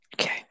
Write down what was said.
okay